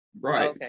right